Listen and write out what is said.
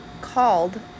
called